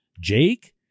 Jake